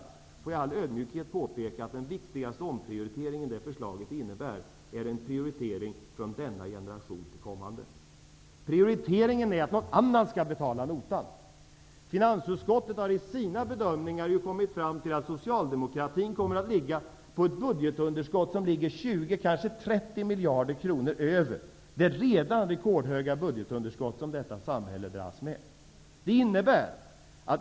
Får jag i all ödmjukhet påpeka att den viktigaste omprioriteringen i det förslaget innebär en prioritering från denna generation till kommande. Prioriteringen är att någon annan skall betala notan. Finansutskottet har i sina bedömningar kommit fram till att Socialdemokraterna kommer att ligga på ett budgetunderskott som ligger 20--30 miljarder kronor över det redan rekordhöga budgetunderskott som detta samhälle dras med.